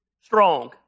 strong